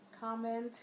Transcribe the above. comment